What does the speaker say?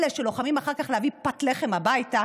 אלה שלוחמים אחר כך להביא פת לחם הביתה,